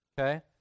Okay